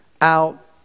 out